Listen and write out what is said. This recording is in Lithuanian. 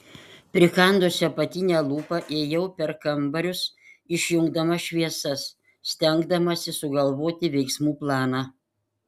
prikandusi apatinę lūpą ėjau per kambarius išjungdama šviesas stengdamasi sugalvoti veiksmų planą